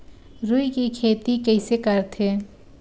रुई के खेती कइसे करथे?